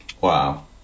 Wow